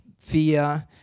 fear